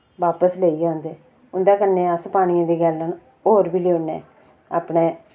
बापस लेइयै औंदे उं'दे कन्नै अस पानिये दी गैलन और बी लेऔने अपने